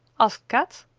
asked kat.